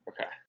Okay